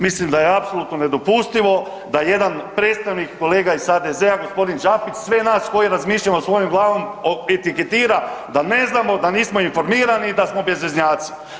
Mislim da je apsolutno nedopustivo da jedan predstavnik kolega iz HDZ-a g. Đakić sve nas koji razmišljamo svojom glavom etiketira da ne znamo, da nismo informirani i da smo bezveznjaci.